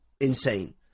insane